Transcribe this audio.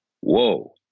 Whoa